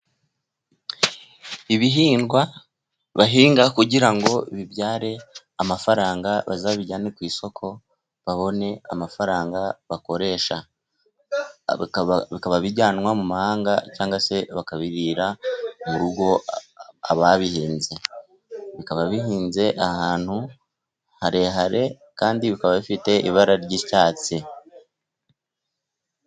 Ibihingwa bahinga kugira ngo bibyare amafaranga bazabijyane ku isoko babone amafaranga bakoresha. Bikaba bijyanwa mu mahanga cyangwa se bakabirira mu rugo ababihinze. Bikaba bihinze ahantu harehare kandi bikaba bifite ibara ry'icyatsi.